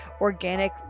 organic